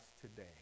today